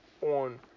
on